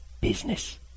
Business